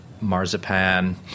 marzipan